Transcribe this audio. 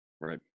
Right